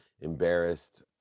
embarrassed